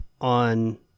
on